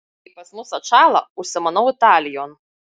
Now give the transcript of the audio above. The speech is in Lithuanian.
kai pas mus atšąla užsimanau italijon